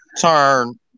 turn